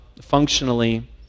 functionally